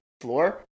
floor